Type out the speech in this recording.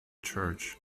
church